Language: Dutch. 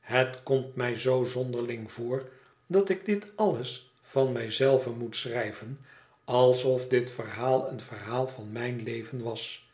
het komt mij zoo zonderling voor dat ik dit alles van mij zelve moet schrijven alsof dit verhaal een verhaal van m ij n leven was